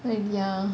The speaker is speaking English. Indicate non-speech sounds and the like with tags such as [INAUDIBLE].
[NOISE] ya